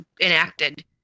enacted